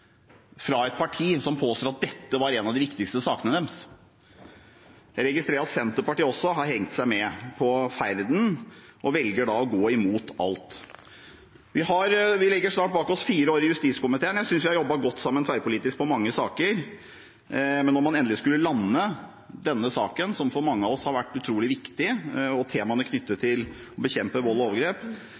fra et parti som påstår at dette var en av deres viktigste saker. Jeg registrerer at også Senterpartiet har hengt seg med på ferden og velger å gå imot alt. Vi legger snart bak oss fire år i justiskomiteen. Jeg synes vi har jobbet godt sammen tverrpolitisk i mange saker, men når man endelig skulle lande denne saken, som for mange av oss har vært utrolig viktig, temaene knyttet til å bekjempe vold og overgrep,